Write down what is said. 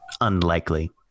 unlikely